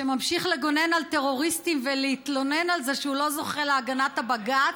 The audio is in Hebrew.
שממשיך לגונן על טרוריסטים ולהתלונן על זה שהוא לא זוכה להגנת בג"ץ,